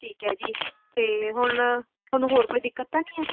ਠੀਕ ਹੈ ਜੀ ਅਤੇ ਹੁਣ ਤੁਹਾਨੂੰ ਹੋਰ ਕੋਈ ਦਿੱਕਤ ਤਾਂ ਨਹੀਂ ਹੈ